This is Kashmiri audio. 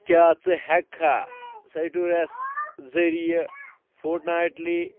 کیٛاہ ژٕ ہیٚکہِ کھا سِٹوریٚس ذریعہِ فورٹ نایٹلی